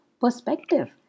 perspective